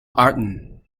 arten